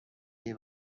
عیب